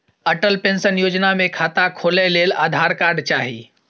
Atal pension Yojana मे खाता खोलय लेल आधार कार्ड चाही